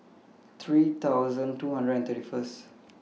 three thousand two hundred and thirty First